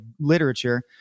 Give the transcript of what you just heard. literature